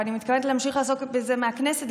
ואני מתכוונת להמשיך לעסוק בזה מהכנסת,